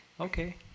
okay